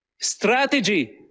strategy